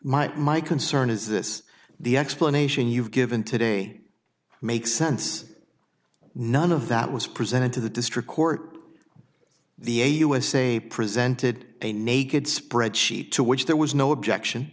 my concern is this the explanation you've given today makes sense none of that was presented to the district court the a usa presented a naked spread sheet to which there was no objection